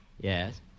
Yes